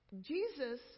Jesus